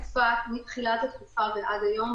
מתחילת התקופה ועד היום,